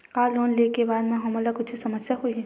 का लोन ले के बाद हमन ला कुछु समस्या होही?